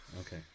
Okay